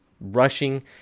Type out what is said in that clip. rushing